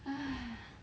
!haiya!